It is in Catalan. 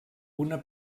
una